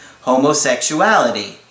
homosexuality